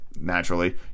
naturally